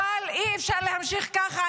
אבל אי-אפשר להמשיך ככה.